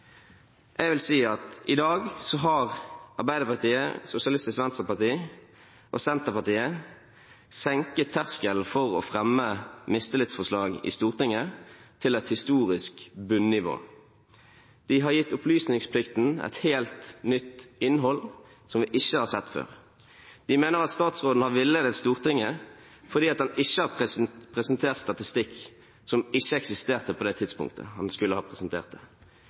Senterpartiet senket terskelen for å fremme mistillitsforslag i Stortinget til et historisk bunnivå. De har gitt opplysningsplikten et helt nytt innhold som vi ikke har sett før. De mener at statsråden har villedet Stortinget fordi han ikke har presentert statistikk som ikke eksisterte på det tidspunktet han skulle ha presentert det.